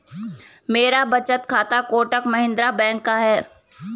मेरा बचत खाता कोटक महिंद्रा बैंक का है